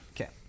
Okay